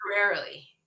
temporarily